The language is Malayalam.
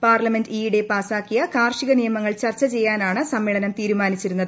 പാർലമെന്റ് ഈയിടെ പാസ്സാക്കിയ കാർഷിക നിയമങ്ങൾ ചർച്ച ചെയ്യാനാണ് സമ്മേളനം തീരുമാനിച്ചിരുന്നത്